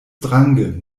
strange